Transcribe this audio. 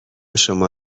شما